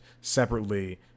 separately